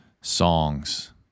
songs